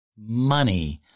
Money